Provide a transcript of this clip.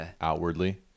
outwardly